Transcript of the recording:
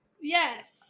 Yes